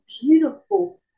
beautiful